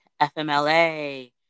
FMLA